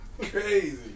crazy